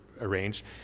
arranged